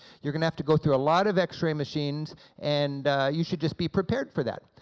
you're gonna have to go through a lot of x-ray machines and you should just be prepared for that.